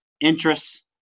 interests